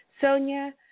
Sonia